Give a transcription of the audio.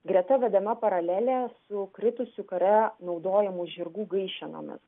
greta vedama paralelė su kritusiu kare naudojamų žirgų gaišenomis